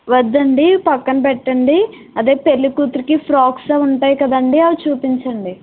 వద్దండి ఇవి పక్కన పెట్టండి అదే పెళ్ళికూతురికి ఫ్రాక్స్ అవి ఉంటాయి కదండీ అవి చూపించండి